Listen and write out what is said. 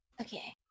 Okay